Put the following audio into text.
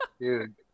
dude